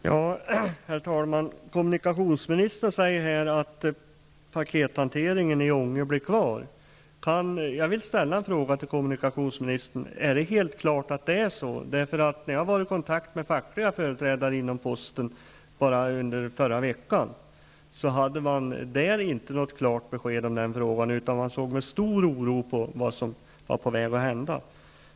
Herr talman! Kommunikationsministern säger här att pakethanteringen i Ånge blir kvar. Jag vill ställa en fråga till kommunikationsministern: Är det helt klart att det är så? När jag var i kontakt med fackliga företrädare inom posten under förra veckan, hade man där inte fått något klart besked i den frågan. Man såg med stor oro på vad som var på väg att hända.